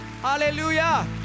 Hallelujah